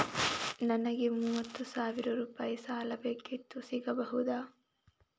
ನನಗೆ ಮೂವತ್ತು ಸಾವಿರ ರೂಪಾಯಿ ಸಾಲ ಬೇಕಿತ್ತು ಸಿಗಬಹುದಾ?